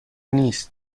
نیست